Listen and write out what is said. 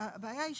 הבעיה היא,